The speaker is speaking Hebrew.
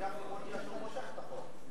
מושך את החוק.